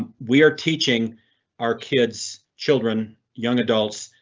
we're teaching our kids children, young adults.